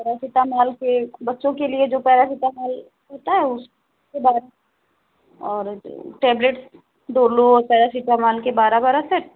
paracetamol के बच्चों के लिए जो पैरासिटामोल होता है उसको बारह और टेबलेट डोलो पैरासिटामोल के बारह बारह सेट